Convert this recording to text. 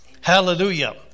Hallelujah